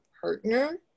partner